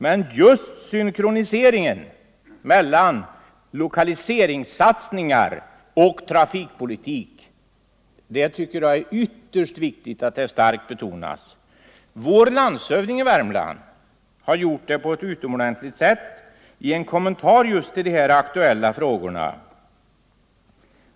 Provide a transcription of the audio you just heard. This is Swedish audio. Men just synkroniseringen av lokaliseringssats 83 ningar och trafikpolitk tycker jag att det är ytterst viktigt att starkt betona. Vår landshövding i Värmland har gjort det på ett utomordentligt sätt i en kommentar till just de här aktuella frågorna.